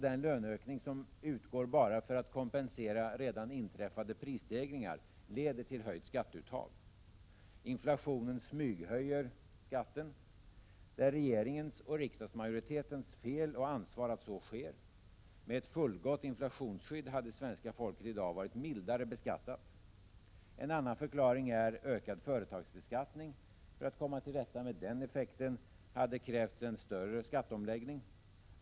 Den löneökning som utgår för att kompensera redan inträffade prisstegringar leder också till höjt skatteuttag. Inflationen smyghöjer skatten. Det är regeringens och riksdagsmajoritetens fel och de bär ansvaret för att så sker. Med ett fullgott inflationsskydd hade svenska folket i dag varit mildare beskattat. En annan förklaring är ökad företagsbeskattning. För att komma till rätta med den effekten hade det krävts en större skatteomläggning.